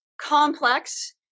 complex